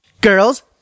Girls